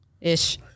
ish